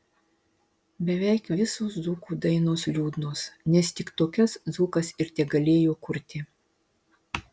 beveik visos dzūkų dainos liūdnos nes tik tokias dzūkas ir tegalėjo kurti